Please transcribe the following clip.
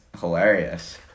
hilarious